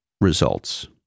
results